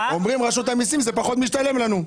אומרים רשות המסים זה פחות משתלם לנו.